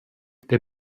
der